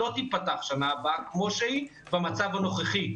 השנה הבאה לא תיפתח כמו שהיא במצב הנוכחי.